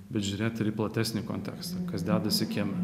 bet žiūrėti į platesnį kontekstą kas dedasi kieme